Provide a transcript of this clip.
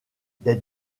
des